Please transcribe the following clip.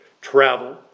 travel